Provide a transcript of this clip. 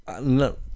no